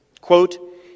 Quote